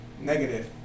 Negative